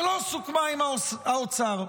שלא סוכמה עם האוצר.